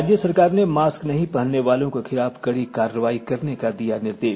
राज्य सरकार ने मास्क नहीं पहनने वालों के खिलाफ कड़ी कार्रवाई करने का दिया निर्देश